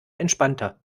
entspannter